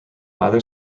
either